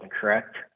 correct